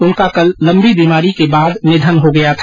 उनका कल लम्बी बीमारी के बाद निधन हो गया था